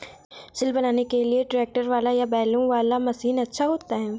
सिल बनाने के लिए ट्रैक्टर वाला या बैलों वाला मशीन अच्छा होता है?